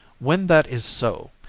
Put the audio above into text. when that is so,